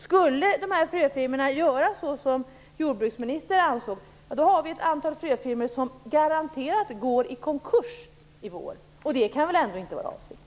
Skulle fröfirmorna göra så som jordbruksministern ansåg, har vi ett antal fröfirmor som garanterat går i konkurs i vår. Det kan väl ändå inte vara avsikten.